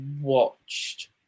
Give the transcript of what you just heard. watched